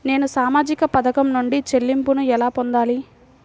నేను సామాజిక పథకం నుండి చెల్లింపును ఎలా పొందాలి?